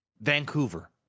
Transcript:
Vancouver